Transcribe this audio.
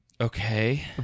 Okay